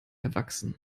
erwachsen